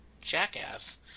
jackass